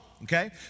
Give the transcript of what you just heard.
Okay